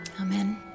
Amen